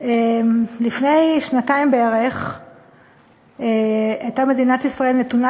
לפני שנתיים בערך הייתה מדינת ישראל נתונה